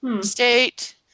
state